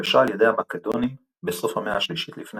נכבשה על ידי המקדונים בסוף המאה השלישית לפני